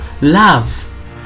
love